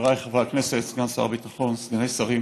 חבריי חברי הכנסת, סגן שר הביטחון, סגני שרים,